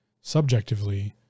subjectively